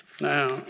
Now